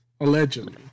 Allegedly